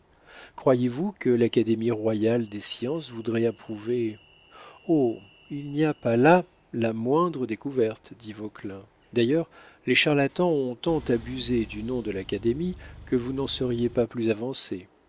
croyez-vous que l'académie royale des sciences voudrait approuver oh il n'y a pas là la moindre découverte dit vauquelin d'ailleurs les charlatans ont tant abusé du nom de l'académie que vous n'en seriez pas plus avancé